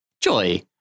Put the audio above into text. Joy